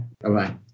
Bye-bye